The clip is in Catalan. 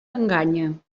enganya